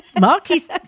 Marky's